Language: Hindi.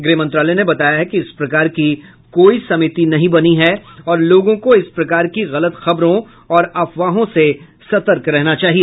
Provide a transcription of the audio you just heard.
गृह मंत्रालय ने बताया है कि इस प्रकार की कोई समिति नहीं बनी है और लोगों को इस प्रकार की गलत खबरों और अफवाहों से सतर्क रहना चाहिए